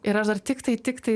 ir aš dar tiktai tiktai